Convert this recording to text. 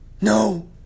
No